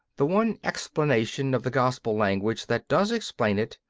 the one explanation of the gospel language that does explain it,